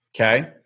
Okay